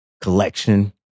collection